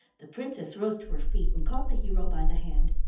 the princess rose to her feet and caught the hero by the hand.